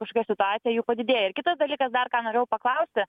kažkokia situacija jų padidėja ir kitas dalykas dar ką norėjau paklausti